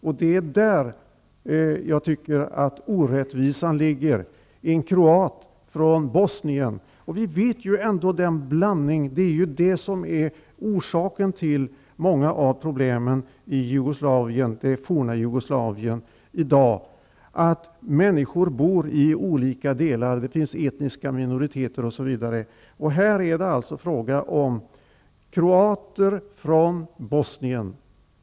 Det är i detta som jag menar att orättvisan ligger, nämligen en annan hantering bara för att det handlar om en kroat från Bosnien. Vi vet ju vilken blandning av folkgrupper det är, och orsaken till många av problemen i det forna Jugoslavien är ju ofta att människor bor i olika delar och det bildas etniska minoriteter, osv. Nu gäller alltså frågan kroater från Bosnien.